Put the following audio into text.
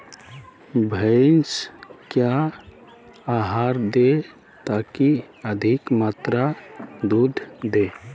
भैंस क्या आहार दे ताकि अधिक मात्रा दूध दे?